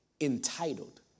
entitled